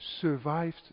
survived